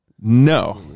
No